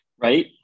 Right